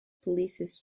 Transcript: policies